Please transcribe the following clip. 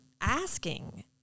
asking